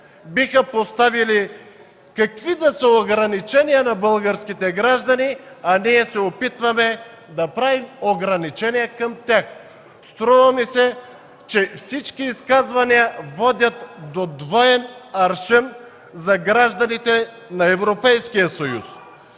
биха поставили какви ли не ограничения на българските граждани, а ние се опитваме да правим ограничения към тях. Струва ми се, че всички изказвания водят до двоен аршин за гражданите на Европейския съюз.